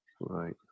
right